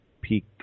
peak